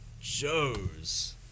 Joe's